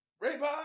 Rainbow